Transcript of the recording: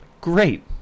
Great